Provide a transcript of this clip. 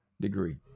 degree